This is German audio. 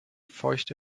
feuchte